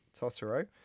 Totoro